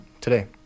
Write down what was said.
today